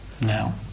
now